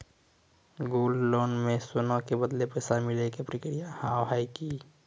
Gold loan मे सोना के बदले पैसा मिले के प्रक्रिया हाव है की?